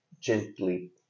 gently